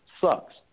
sucks